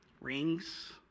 Rings